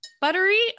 buttery